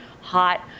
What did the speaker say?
hot